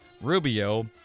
Rubio